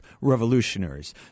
revolutionaries